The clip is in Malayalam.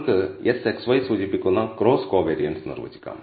നിങ്ങൾക്ക് Sxy സൂചിപ്പിക്കുന്ന ക്രോസ് കോവേരിയൻസ് നിർവചിക്കാം